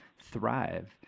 thrive